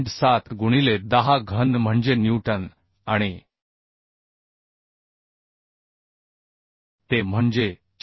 7 गुणिले 10 घन म्हणजे न्यूटन आणि Te म्हणजे 4